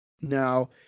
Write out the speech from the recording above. Now